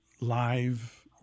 live